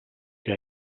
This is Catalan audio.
que